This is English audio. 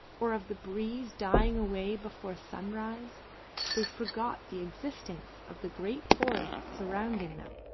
or of the breeze dying away before sunrise they forgot the existence of the great forests surrounding them,